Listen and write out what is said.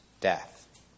death